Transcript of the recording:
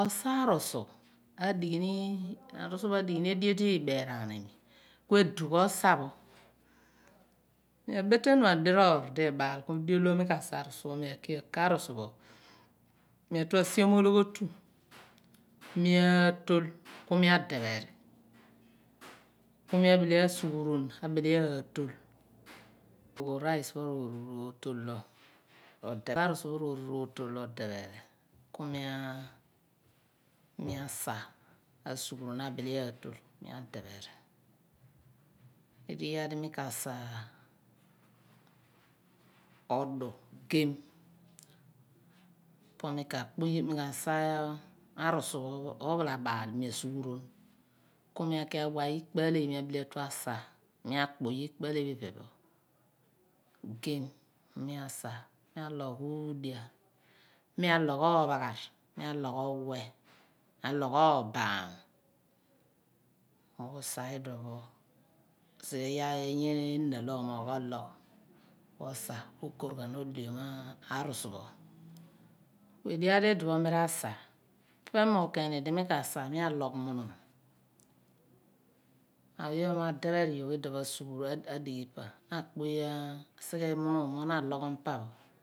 Osa arusu arusupho adighini edien beraani mi ku edugh osa pho mi betenu diro d baal ku dio lo mi kasa arusu mia kia ko arusu pho mia lua siom ologhotu mia tol ku mia atol kumi adephe ri ku mi abile asuguron abile aatol ro da arusu pho roru otol ro depheri ku mia sa ku mia bele atol ku mia depheri edighi maadi mi ka sa oodu sem pho mi ka saa arusu pho ophulabal mi awa ikpala mi abile atu sa mia kpuy ikpalephi pepho gem mia saa mia logh ghudia mia logh oophaghiri mia logh obaam osa idiopho osighe ony ina logh moogh ologh osa okorghan oliom arusupho edighiya di, idipho mi rasa pe moghni di mi ka sa mia logh monon